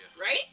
Right